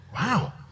Wow